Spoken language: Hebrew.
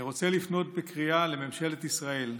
אני רוצה לפנות בקריאה לממשלה ישראל: